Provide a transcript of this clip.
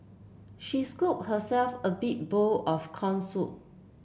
she scooped herself a big bowl of corn soup